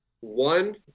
One